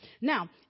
Now